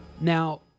Now